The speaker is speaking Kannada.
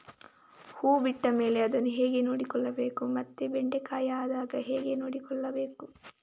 ಹೂ ಬಿಟ್ಟ ಮೇಲೆ ಅದನ್ನು ಹೇಗೆ ನೋಡಿಕೊಳ್ಳಬೇಕು ಮತ್ತೆ ಬೆಂಡೆ ಕಾಯಿ ಆದಾಗ ಹೇಗೆ ನೋಡಿಕೊಳ್ಳಬೇಕು?